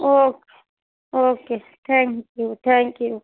O okay thank you thank you